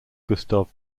gustav